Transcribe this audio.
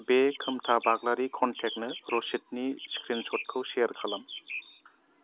बे खोमथा बाग्लारि कनटेक्टनो रसिदनि स्क्रिनसटखौ सेयार खालाम